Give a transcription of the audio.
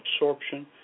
absorption